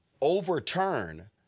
overturn